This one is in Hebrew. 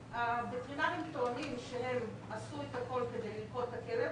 הווטרינרים טוענים שהם עשו את הכל כדי ללכוד את הכלב.